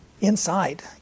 inside